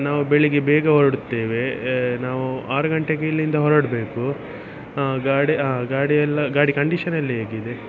ನಾವು ಬೆಳಿಗ್ಗೆ ಬೇಗ ಹೊರಡ್ತೇವೆ ನಾವು ಆರು ಗಂಟೆಗೆ ಇಲ್ಲಿಂದ ಹೊರಡಬೇಕು ಗಾಡಿ ಆ ಗಾಡಿಯೆಲ್ಲ ಗಾಡಿ ಕಂಡೀಷನಲ್ಲಿ ಹೇಗಿದೆ